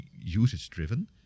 usage-driven